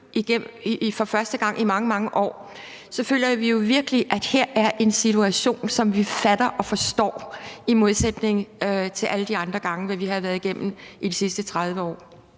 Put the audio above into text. for første gang i mange, mange år føler vi jo virkelig, at her er en situation, som vi fatter og forstår, i modsætning til alle de andre gange, og hvad vi har været igennem de sidste 30 år.